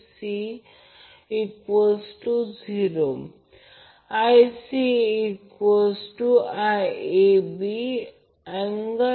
मी नोड A वर जर KCL लागू केले तर Ia IAB ICA असेल